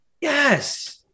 Yes